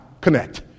connect